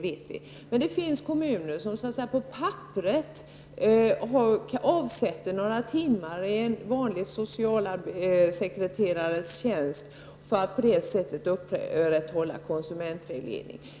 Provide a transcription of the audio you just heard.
Det finns också kommuner som på papperet avsätter några timmar av en vanlig socialsekreterartjänst för att på det sättet upprätthålla konsumentvägledning.